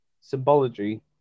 symbology